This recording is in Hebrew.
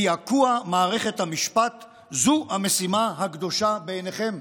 קעקוע מערכת המשפט זו המשימה הקדושה בעיניכם?